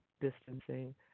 distancing